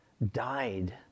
died